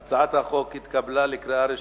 (הצבת יוצאי צבא בשירות בתי-הסוהר)